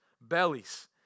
bellies